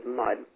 mud